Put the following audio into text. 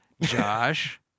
Josh